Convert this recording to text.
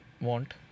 want